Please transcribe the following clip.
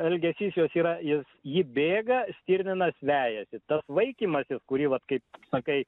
elgesys jos yra jis ji bėga stirninas vejasi tas vaikymasis kurį vat kaip sakai